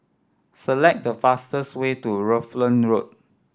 select the fastest way to Rutland Road